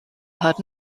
heard